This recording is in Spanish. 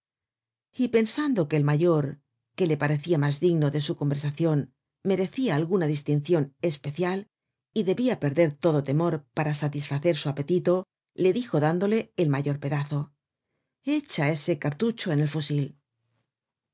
y pensando que el mayor que le parecia mas digno de su conversacion merecia alguna distincion especial y debia perder todo temor para satisfacer su apetito le dijo dándole el mayor pedazo echa ese cariucho en el fusil